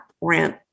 rent